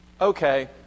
Okay